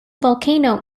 volcano